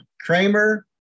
Kramer